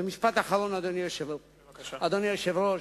משפט אחרון, אדוני היושב-ראש.